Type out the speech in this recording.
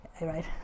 right